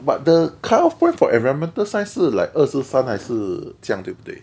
but the cut-off point for environmental science 是 like 二十三还是这样对不对